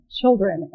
children